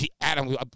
Adam